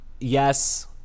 yes